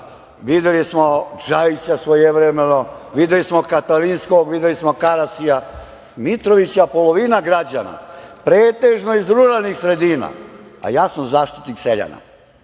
videli smo Džajića svojevremeno, videli smo Katalinskog, videli smo Karasija. Mitrovića polovina građana, pretežno iz ruralnih sredina, a ja sam zaštitnik seljana,